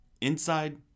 inside